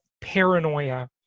paranoia